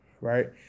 right